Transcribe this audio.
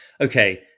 okay